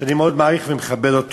שאני מאוד מעריך ומכבד אותו.